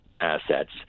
assets